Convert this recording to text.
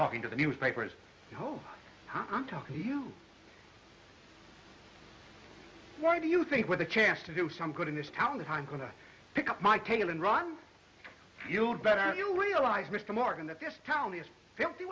talking to the newspapers oh i'm talking to you why do you think with a chance to do some good in this town is i'm going to pick up my tail and run you better and you realize mr martin that this town is filthy